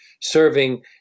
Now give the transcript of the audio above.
serving